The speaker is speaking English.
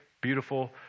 beautiful